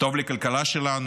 טוב לכלכלה שלנו,